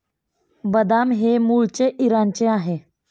बदाम हे मूळचे इराणचे आहे